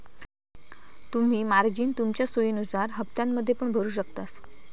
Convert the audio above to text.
तुम्ही मार्जिन तुमच्या सोयीनुसार हप्त्त्यांमध्ये पण भरु शकतास